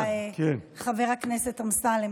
אני מודה לך, חבר הכנסת אמסלם.